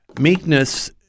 Meekness